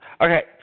Okay